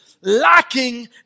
lacking